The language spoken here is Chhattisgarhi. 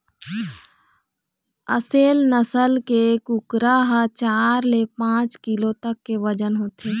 असेल नसल के कुकरा ह चार ले पाँच किलो तक के बजन होथे